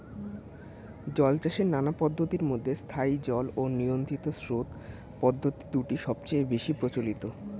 জলচাষের নানা পদ্ধতির মধ্যে স্থায়ী জল ও নিয়ন্ত্রিত স্রোত পদ্ধতি দুটি সবচেয়ে বেশি প্রচলিত